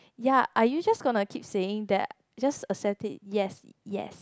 ya are you just going to keep saying that just accept it yes yes